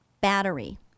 battery